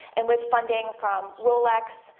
and with funding from rolex,